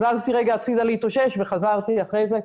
זזתי רגע הצדה להתאושש וחזרתי אחרי זה.